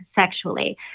sexually